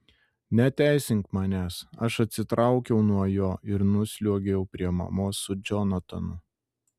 neteisink manęs aš atsitraukiau nuo jo ir nusliuogiau prie mamos su džonatanu